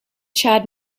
chad